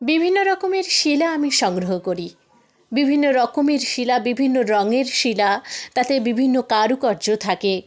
বিভিন্ন রকমের শিলা আমি সংগ্রহ করি বিভিন্ন রকমের শিলা বিভিন্ন রঙের শিলা তাতে বিভিন্ন কারুকার্য থাকে